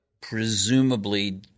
presumably